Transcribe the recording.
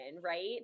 right